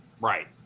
Right